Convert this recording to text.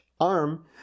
arm